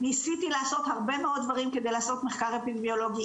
ניסיתי לעשות הרבה מאוד דברים כדי לעשות מחקר אפידמיולוגי,